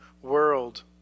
world